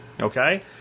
okay